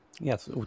Yes